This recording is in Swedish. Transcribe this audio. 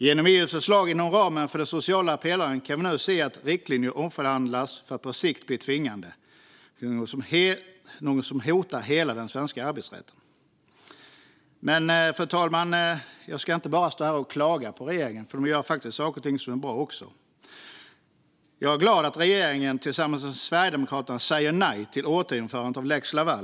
Genom EU:s förslag inom ramen för den sociala pelaren kan vi se att riktlinjer omförhandlas för att på sikt bli tvingande, och det är något som hotar hela den svenska arbetsrätten. Men jag ska, fru talman, inte bara stå här och klaga på regeringen. Den gör också bra saker. Jag är glad att regeringen tillsammans med Sverigedemokraterna säger nej till återinförandet av lex Laval.